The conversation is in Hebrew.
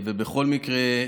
בכל מקרה,